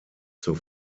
zur